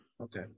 Okay